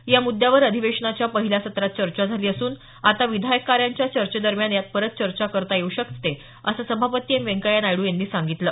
या मुद्यावर अधिवेशनाच्या पहिल्या सत्रात चर्चा झाली असून आता विधायक कार्यांच्या चर्चेदरम्यान परत चर्चा करता येऊ शकते असं सभापती एम व्यंकय्या नायडू यांनी सांगितलं